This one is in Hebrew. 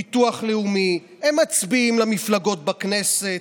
ביטוח לאומי, הם מצביעים למפלגות בכנסת,